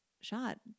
shot